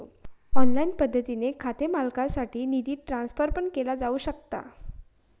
online पद्धतीने खाते मालकासाठी निधी ट्रान्सफर पण केलो जाऊ शकता